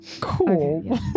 Cool